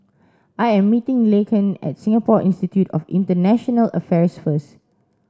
I am meeting Laken at Singapore Institute of International Affairs first